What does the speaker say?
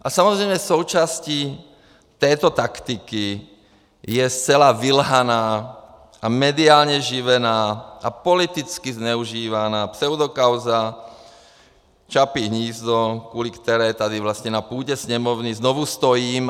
A samozřejmě součástí této taktiky je zcela vylhaná a mediálně živená a politicky zneužívaná pseudokauza Čapí hnízdo, kvůli které tady vlastně na půdě Sněmovny znovu stojím.